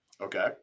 Okay